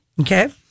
Okay